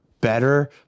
better